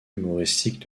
humoristiques